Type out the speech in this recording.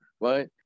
right